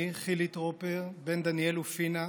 אני, חילי טרופר, בן דניאל ופינה,